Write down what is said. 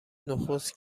نخست